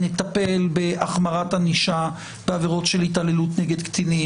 נטפל בהחמרת ענישה בעבירות של התעללות נגד קטינים,